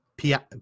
Pia